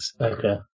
Okay